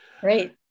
Great